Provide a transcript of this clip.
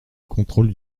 contrôle